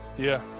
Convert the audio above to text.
yeah.